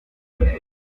ngombwa